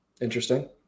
Interesting